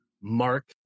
mark